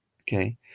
okay